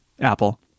apple